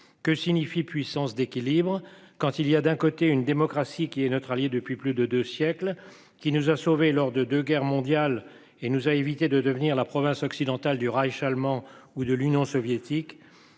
Que signifie puissance d'équilibre quand il y a d'un côté une démocratie qui est notre allié depuis plus de 2 siècles qui nous a sauvés lors de deux guerres mondiales et nous a évité de devenir la province occidentale du Reich allemand ou de l'Union soviétique